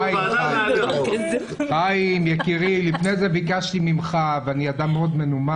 חיים, אני אדם מנומס.